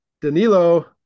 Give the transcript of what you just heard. Danilo